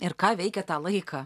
ir ką veikėt tą laiką